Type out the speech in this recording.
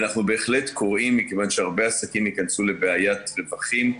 ואנחנו בהחלט קוראים מכוון שהרבה עסקים ייכנסו לבעיית רווחים,